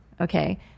Okay